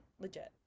legit